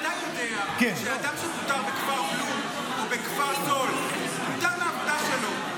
אתה יודע שאדם שפוטר בכפר בלום או בכפר סאלד מהעבודה שלו,